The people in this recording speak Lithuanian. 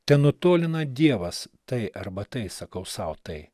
tenutolina dievas tai arba tai sakau sau tai